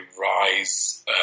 rise